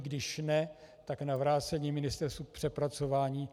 Když ne, tak na vrácení ministerstvu k přepracování.